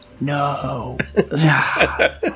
No